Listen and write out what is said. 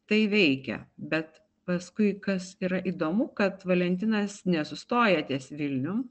tai veikia bet paskui kas yra įdomu kad valentinas nesustoja ties vilnium